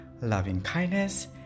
loving-kindness